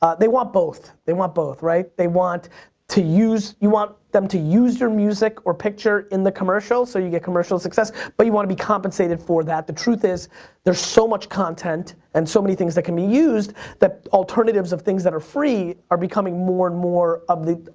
they want both, they want both right? they want to use, you want them to use your music or picture in the commercial so you get commercial success but you wanna be compensated for that. the truth is there's so much content and so many things that can be used that alternatives of things that are free are becoming more and more of the